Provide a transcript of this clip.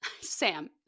Sam